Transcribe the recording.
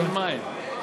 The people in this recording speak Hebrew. אין מים.